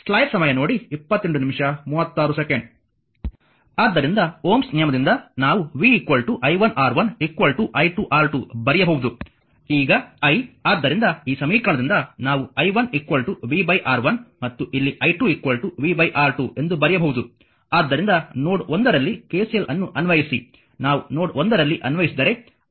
ಆದ್ದರಿಂದ ಓಮ್ಸ್ ನಿಯಮದಿಂದ ನಾವು v i1R1 i2R2 ಬರೆಯಬಹುದು ಈಗ I ಆದ್ದರಿಂದ ಈ ಸಮೀಕರಣದಿಂದ ನಾವು i1 v R1 ಮತ್ತು ಇಲ್ಲಿ i2 v R2 ಎಂದು ಬರೆಯಬಹುದು ಆದ್ದರಿಂದ ನೋಡ್ 1 ರಲ್ಲಿ KCL ಅನ್ನು ಅನ್ವಯಿಸಿ ನಾವು ನೋಡ್ 1ರಲ್ಲಿ ಅನ್ವಯಿಸಿದರೆ i i1 i2 ಎಂದು ಹೇಳಿದ್ದೇನೆ